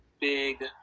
Big